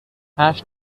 hash